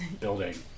building